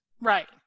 Right